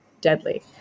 deadly